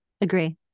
Agree